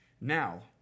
Now